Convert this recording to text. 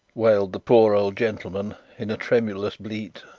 wailed the poor old gentleman in a tremulous bleat,